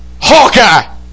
Hawkeye